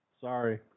Sorry